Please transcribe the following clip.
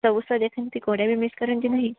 ସବୁ ସୋ ଦେଖନ୍ତି କେଉଁଟା ବି ମିସ୍ କରନ୍ତି ନାହିଁ